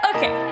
Okay